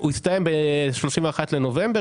הוא הסתיים ב-31 לנובמבר.